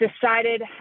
decided